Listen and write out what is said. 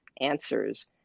answers